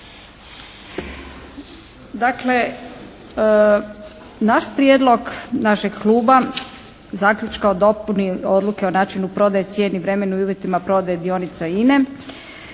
Dakle naš prijedlog, našeg Kluba zaključka o dopuni Odluke o načinu prodaje, cijeni, vremenu i uvjetima prodaje dionica INA-e